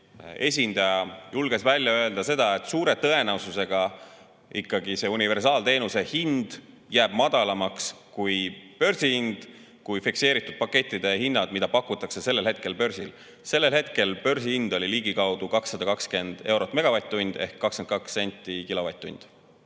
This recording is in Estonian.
esindaja julges välja öelda, et suure tõenäosusega jääb see universaalteenuse hind ikkagi madalamaks kui börsihind, kui fikseeritud pakettide hinnad, mida pakutakse sellel hetkel börsil. Sellel hetkel oli börsihind ligikaudu 220 eurot megavatt-tunni eest ehk 22 senti kilovatt-tunni